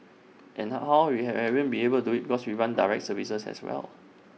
and how we have been able to do IT cause we run direct services as well